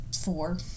Four